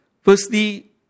Firstly